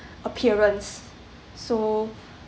appearance so